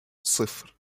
صفر